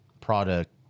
product